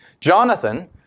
Jonathan